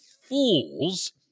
fools